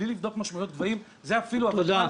בלי לבדוק משמעויות גבהים -- תודה רבה.